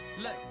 Look